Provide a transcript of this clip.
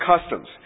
customs